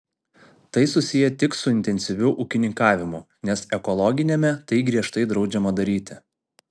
tai susiję tik su intensyviu ūkininkavimu nes ekologiniame tai griežtai draudžiama daryti